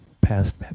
past